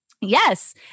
Yes